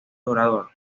orador